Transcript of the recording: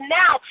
now